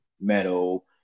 metal